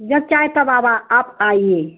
जब चाहे तब आवा आप आइए